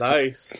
Nice